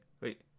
wait